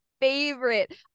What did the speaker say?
favorite